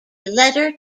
letter